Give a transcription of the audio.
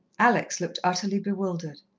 alex looked utterly bewildered.